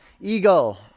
eagle